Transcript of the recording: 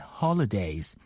holidays